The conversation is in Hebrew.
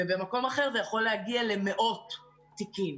ובמקום אחר זה יכול להגיע למאות תיקים.